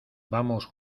vamos